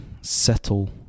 settle